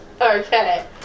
Okay